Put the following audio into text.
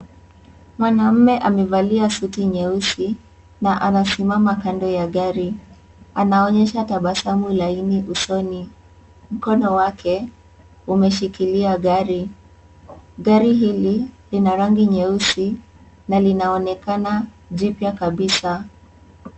Mwanamme amevalia suti nyeusi na amesimama kando ya gari na anaonyesha tabasamu laini usoni, mkono wake umeshikilia gari, gari hili lina rangi nyeusi na linaonekana jipya kabisa.